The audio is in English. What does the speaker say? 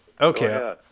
Okay